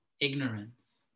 ignorance